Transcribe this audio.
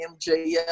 MJF